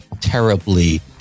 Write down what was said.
terribly